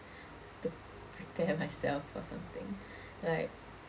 to prepare myself for something like